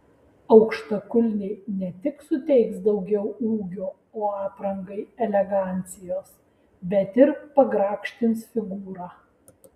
aukštakulniai ne tik suteiks daugiau ūgio o aprangai elegancijos bet ir pagrakštins figūrą